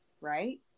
Right